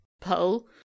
pull